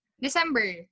December